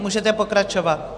Můžete pokračovat.